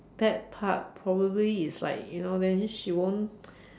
bad part probably is like you know then she won't